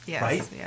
right